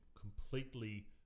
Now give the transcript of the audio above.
completely